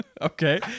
Okay